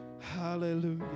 Hallelujah